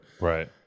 Right